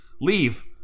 leave